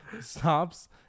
stops